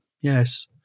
Yes